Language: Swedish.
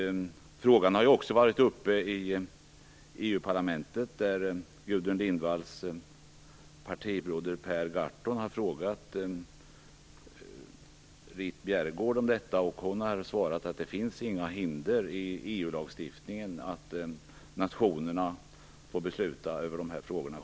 Frågan har också varit uppe i Per Gahrton har frågat Ritt Bjerregaard om detta. Hon har svarat att det inte finns några hinder i EU lagstiftningen för nationerna att själva få besluta i dessa frågor.